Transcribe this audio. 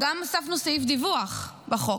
גם החקיקה, אבל גם הוספנו סעיף דיווח בחוק,